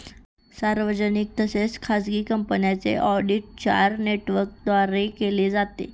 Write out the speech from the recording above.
सार्वजनिक तसेच खाजगी कंपन्यांचे ऑडिट चार नेटवर्कद्वारे केले जाते